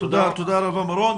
תודה רבה מרום.